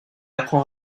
apprend